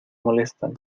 molestan